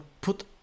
put